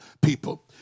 people